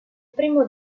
primo